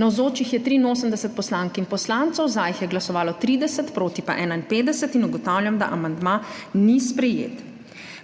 Navzočih je 83 poslank in poslancev, za jih je glasovalo 30, proti pa 51. (Za je glasovalo 30.)(Proti 51.) Ugotavljam, da amandma ni sprejet.